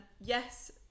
Yes